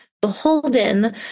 beholden